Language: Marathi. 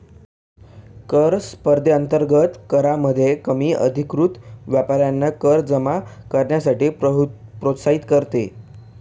कर स्पर्धेअंतर्गत करामध्ये कमी अधिकृत व्यापाऱ्यांना कर जमा करण्यासाठी प्रोत्साहित करते